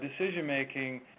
decision-making